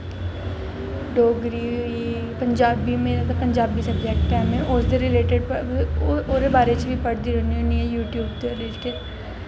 डोगरी होई गेई पंजाबी में ते पंजाबी सवजैक्ट ऐ उसदे रिलेटड़ ओह्दे बारे च बी पढ़दी रोह्न्नी होन्नी आं यूटयूब दे रिलेटिड़